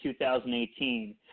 2018